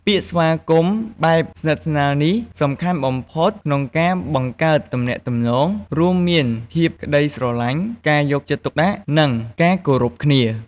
ពាក្យស្វាគមន៍បែបស្និទ្ធស្នាលនេះ សំខាន់បំផុតក្នុងការបង្កើតទំនាក់ទំនង រួមមានភាពក្តីស្រឡាញ់ ការយកចិត្តទុកដាក់ និងការគោរពគ្នា។